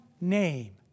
name